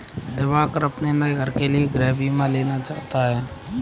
दिवाकर अपने नए घर के लिए गृह बीमा लेना चाहता है